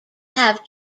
have